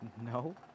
No